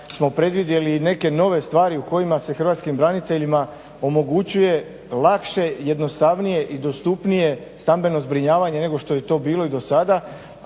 smo predvidjeli neke nove stvari u kojima se hrvatskim braniteljima omogućuje lakše, jednostavnije i dostupnije stambeno zbrinjavanje nego što je to bilo i do sada.